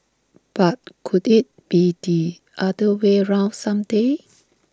but could IT be the other way round some day